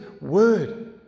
word